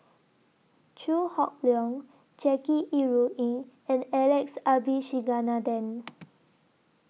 Chew Hock Leong Jackie Yi Ru Ying and Alex Abisheganaden